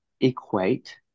equate